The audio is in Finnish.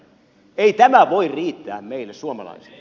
ei tämä voi riittää meille suomalaisille